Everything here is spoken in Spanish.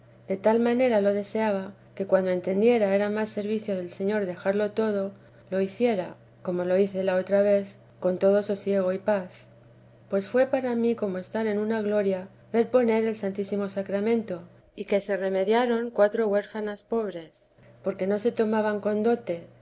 de tal manera lo deseaba que cuando entendiera era más servicio del señor dejarlo todo lo hiciera como lo hice la otra vez con todo sosiego y paz pues fué para mí como estar en una gloria ver poner el santísimo sacramento y que se remediaron cuatro huérfanas pobres porque no se tomaban con dote